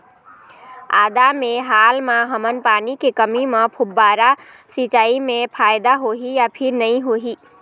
आदा मे हाल मा हमन पानी के कमी म फुब्बारा सिचाई मे फायदा होही या फिर नई होही?